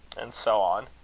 and so on.